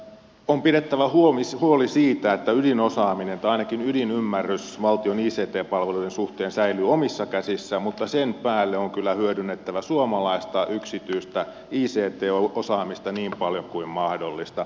on pidettävä huoli siitä että ydinosaaminen tai ainakin ydinymmärrys valtion ict palvelujen suhteen säilyy omissa käsissä mutta sen päälle on kyllä hyödynnettävä suomalaista yksityistä ict osaamista niin paljon kuin mahdollista